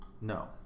No